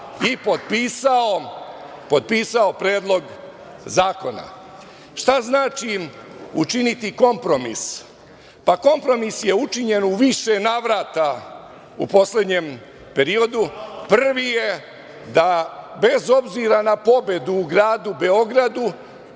i potpisao predlog zakona. Šta znači učiniti kompromis? Pa, kompromis je učinjen u više navrata u poslednjem periodu. Prvi je da bez obzira na pobedu u gradu Beogradu